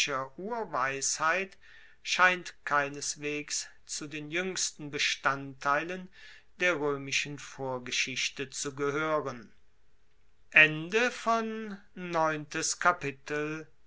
urweisheit scheint keineswegs zu den juengsten bestandteilen der roemischen vorgeschichte zu gehoeren